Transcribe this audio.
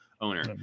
owner